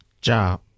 job